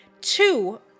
Two